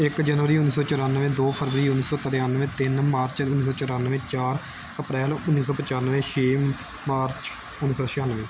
ਇੱਕ ਜਨਵਰੀ ਉੱਨੀ ਸੌ ਚੁਰਾਨਵੇਂ ਦੋ ਫਰਵਰੀ ਉੱਨੀ ਸੌ ਤ੍ਰਿਆਨਵੇਂ ਤਿੰਨ ਮਾਰਚ ਉੱਨੀ ਸੋ ਚੁਰਾਨਵੇਂ ਚਾਰ ਅਪ੍ਰੈਲ ਉੱਨੀ ਸੌ ਪਚਾਨਵੇਂ ਛੇ ਮਾਰਚ ਉੱਨੀ ਸੌ ਛਿਆਨਵੇਂ